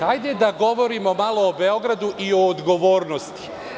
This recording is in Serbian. Hajde da govorimo malo o Beogradu i o odgovornosti.